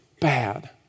bad